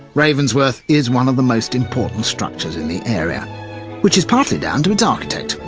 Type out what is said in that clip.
ravensworth is one of the most important structures in the area which is partly down to its architect,